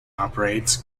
operates